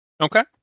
Okay